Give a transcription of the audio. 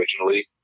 originally